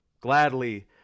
gladly